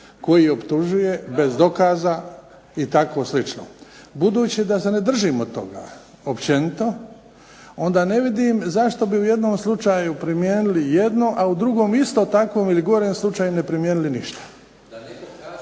koji optužuje bez dokaza, i tako slično. Budući da se ne držimo toga općenito, onda ne vidim zašto bi u jednom slučaju primijenili jedno, a u drugom isto takvom ili gorem slučaju ne primijenili ništa.